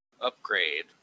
upgrade